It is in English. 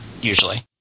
usually